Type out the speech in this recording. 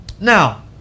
Now